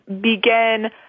begin